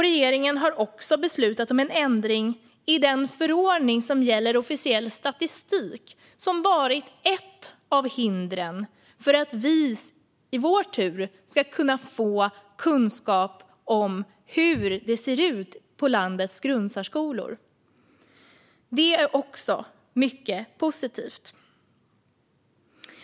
Regeringen har också beslutat om en ändring i den förordning om officiell statistik som varit ett av hindren för att vi i vår tur ska kunna få kunskap om hur det ser ut i landets grundsärskolor. Det är också mycket positivt.